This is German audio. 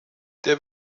der